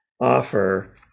offer